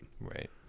Right